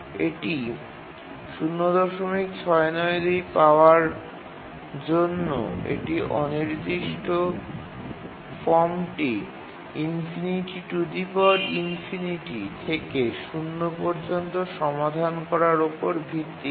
এটি ০৬৯২ পাওয়ার জন্য এটি অনির্দিষ্ট ফর্মটি থেকে ০ পর্যন্ত সমাধান করার উপর ভিত্তি করে